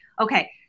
okay